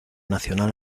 nacional